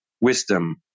wisdom